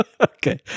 Okay